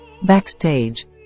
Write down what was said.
Backstage